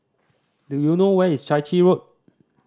do you know where is Chai Chee Road